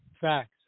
Facts